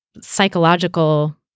psychological